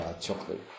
chocolate